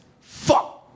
fuck